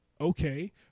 Okay